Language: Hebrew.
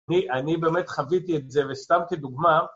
אני באמת חוויתי את זה, וסתם כדוגמה